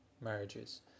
marriages